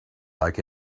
like